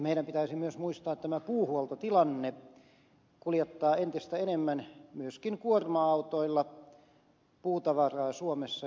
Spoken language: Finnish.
meidän pitäisi myös muistaa puuhuoltotilanne kuljettaa entistä enemmän myöskin kuorma autoilla puutavaraa suomessa